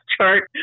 chart